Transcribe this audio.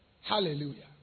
Hallelujah